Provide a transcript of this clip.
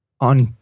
on